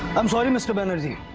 i'm sorry, mr. banerjee.